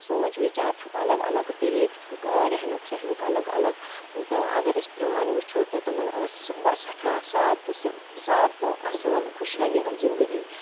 سونٛچ وِچار چھُکھ الگ الگ طٔریٖقہٕ چھُکھ رہنُک سہنُک الگ الگ تہٕ اگر أسۍ پرٛٲنۍ وٕچھو تہٕ تِمَن ٲس سٮ۪ٹھاہ سادٕ تہٕ سِم سادٕ تہٕ اَصل خُشحٲلی ہنٛز زندگی